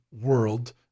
world